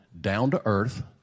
down-to-earth